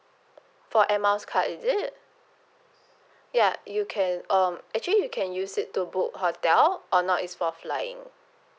for air miles card is it ya you can um actually you can use it to book hotel or not is for flying